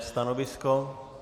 Stanovisko?